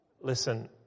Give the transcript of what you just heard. listen